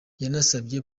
yanasabye